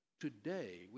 Today